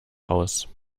aus